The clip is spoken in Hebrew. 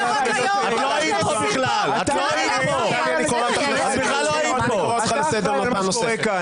אני רוצה לתת שתי דוגמאות לשאלות שעלו מהסגנון הזה,